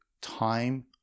time